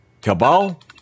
Cabal